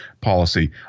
policy